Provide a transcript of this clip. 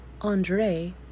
Andre